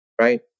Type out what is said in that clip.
right